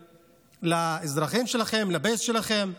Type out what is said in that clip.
לאזרחים שלכם, לבייס שלכם,